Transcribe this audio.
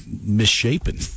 misshapen